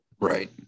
right